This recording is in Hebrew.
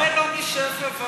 מה שנוח לך.